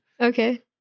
Okay